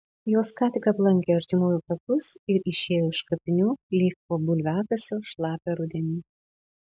jos ką tik aplankė artimųjų kapus ir išėjo iš kapinių lyg po bulviakasio šlapią rudenį